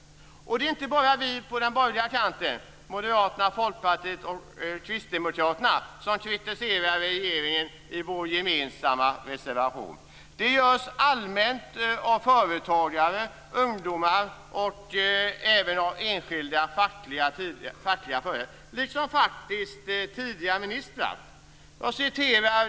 Det är inte bara vi på den borgerliga kanten - moderaterna, folkpartiet och kristdemokraterna - som kritiserar regeringen i vår gemensamma reservation. Det görs allmänt av företagare, ungdomar och även av enskilda fackliga företrädare liksom faktiskt tidigare ministrar.